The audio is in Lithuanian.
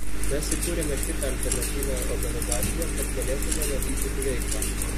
mes įkūrėme kitą alternatyvią organizaciją kad galėtumėme vykdyti veiklą